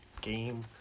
game